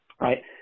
right